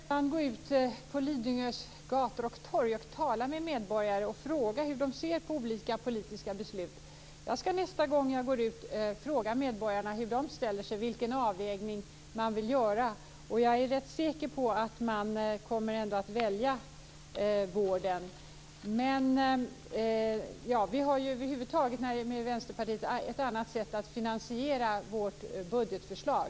Fru talman! Jag brukar gå ute på Lidingös gator och torg och tala med medborgare och fråga hur de ser på olika politiska beslut. Jag skall nästa gång jag går ut fråga medborgarna vilken avvägning de vill göra. Jag är rätt säker på att man ändå kommer att välja vården. Vi har över huvud taget ett annat sätt än Vänsterpartiet att finansiera vårt budgetförslag.